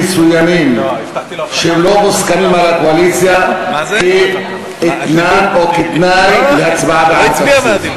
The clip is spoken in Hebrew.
מסוימים שלא מוסכמים על הקואליציה כאתנן או כתנאי להצבעה בעד התקציב?